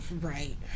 Right